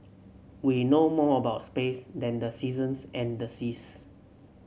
we know more about space than the seasons and the seas